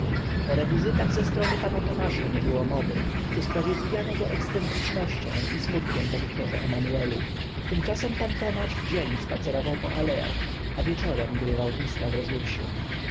o rewizytach ze strony p tomasza nie było mowy usprawiedliwiano go ekscentrycznością i smutkiem po wiktorze emanuelu tymczasem p tomasz w dzień spacerował po aleach a wieczorem grywał wista w resursie